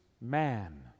man